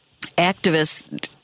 activists